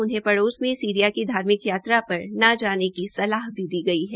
उन्हें पड़ोस में सीरिया की धार्मिक यात्रा पर न जाने की सलाह भी दी गई है